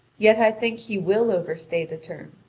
yet i think he will overstay the term,